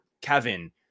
Kevin